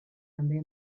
també